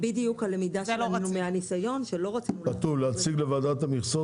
זאת בדיוק הלמידה שלנו מהניסיון --- כתוב: להציג לוועדת המכסות